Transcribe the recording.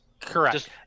correct